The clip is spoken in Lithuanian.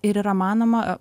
ir yra manoma